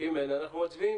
אם אין, אנחנו מצביעים.